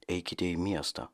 eikite į miestą